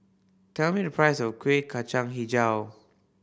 tell me the price of Kuih Kacang Hijau